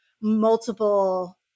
multiple